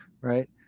right